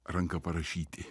ranka parašyti